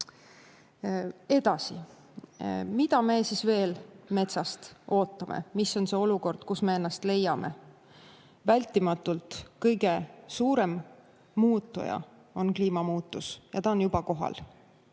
Edasi. Mida me siis veel metsast ootame? Mis on see olukord, kus me ennast leiame? Vältimatult kõige suurem muutuja on kliimamuutus ja ta on juba kohal.